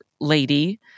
lady